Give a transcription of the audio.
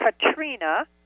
Katrina